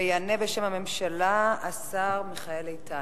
יענה בשם הממשלה השר מיכאל איתן.